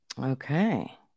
Okay